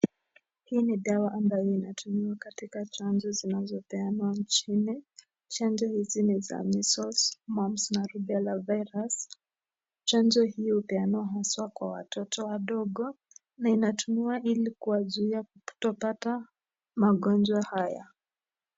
Hii ni dawa ambayo inatumiwa katika chanjo zilizopeanwa nchini, chanjo hizi ni za (missiles) ama (alovera virus), chanjo hii upeanwa haswa kwa watoto wadogo na nainatumiwa ilikuwazuiya kupata magonjwa haya